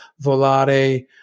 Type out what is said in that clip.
Volare